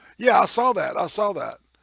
yeah, i saw that i saw that